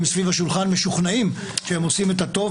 סביב השולחן משוכנעים שהם עושים את הטוב,